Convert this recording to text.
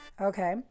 Okay